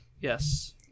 yes